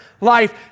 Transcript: life